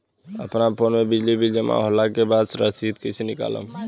अपना फोन मे बिजली बिल जमा होला के बाद रसीद कैसे निकालम?